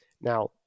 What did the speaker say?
Now